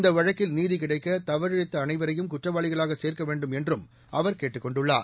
இந்த வழக்கில் நீதி கிடைக்க தவறிழைத்த அனைவரையும் குற்றவாளிகளாக சேர்க்க வேண்டும் என்றும் அவர் கேட்டுக் கொண்டுள்ளார்